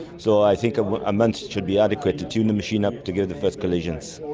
so i think a ah month should be adequate to tune the machine up to get the first collisions.